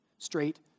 Straight